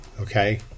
Okay